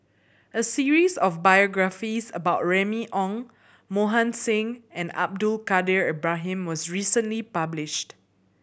a series of biographies about Remy Ong Mohan Singh and Abdul Kadir Ibrahim was recently published